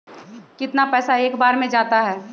कितना पैसा एक बार में जाता है?